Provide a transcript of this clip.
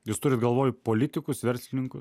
jūs turit galvoj politikus verslininkus